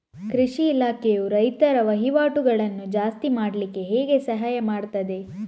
ಕೃಷಿ ಇಲಾಖೆಯು ರೈತರ ವಹಿವಾಟುಗಳನ್ನು ಜಾಸ್ತಿ ಮಾಡ್ಲಿಕ್ಕೆ ಹೇಗೆ ಸಹಾಯ ಮಾಡ್ತದೆ?